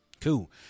cool